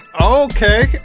Okay